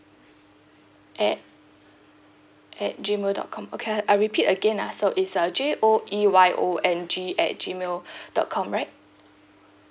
at at gmail dot com okay I repeat again ah so it's uh J O E Y O N G at gmail dot com right